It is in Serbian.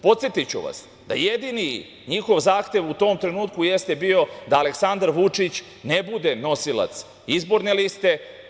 Podsetiću vas da jedini njihov zahtev u tom trenutku jeste bio da Aleksandar Vučić ne bude nosilac izborne liste.